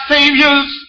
Savior's